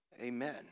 Amen